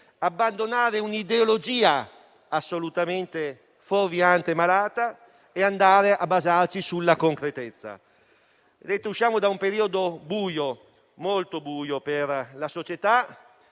abbandonare un'ideologia assolutamente fuorviante e malata e basarci sulla concretezza. Usciamo da un periodo molto buio per la società,